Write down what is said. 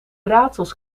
raadsels